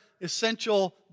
essential